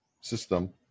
system